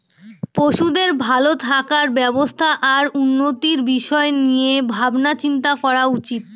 পশুদের ভালো থাকার ব্যবস্থা আর উন্নতির বিষয় নিয়ে ভাবনা চিন্তা করা উচিত